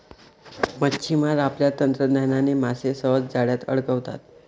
मच्छिमार आपल्या तंत्रज्ञानाने मासे सहज जाळ्यात अडकवतात